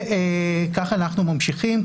כך אנחנו ממשיכים.